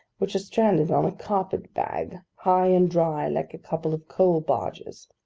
which are stranded on a carpet-bag, high and dry, like a couple of coal-barges.